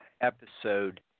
episode